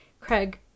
Craig